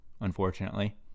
unfortunately